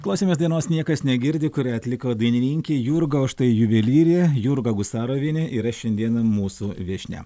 klausėmės dainos niekas negirdi kurią atliko dainininkė jurga o štai juvelyrė jurga gusarovienė yra šiandien mūsų viešnia